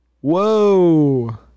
Whoa